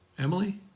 Emily